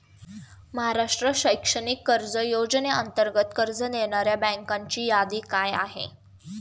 महाराष्ट्र शैक्षणिक कर्ज योजनेअंतर्गत कर्ज देणाऱ्या बँकांची यादी काय आहे?